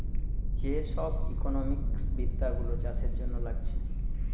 যে সব ইকোনোমিক্স বিদ্যা গুলো চাষের জন্যে লাগছে